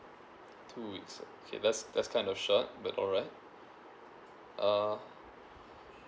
two weeks okay that's that's kind of short but alright uh